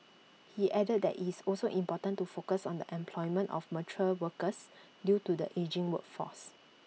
he added that it's also important to focus on the employment of mature workers due to the ageing workforce